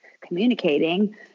communicating